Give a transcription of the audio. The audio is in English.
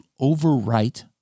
overwrite